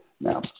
now